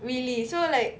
really so like